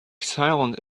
silent